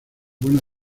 buena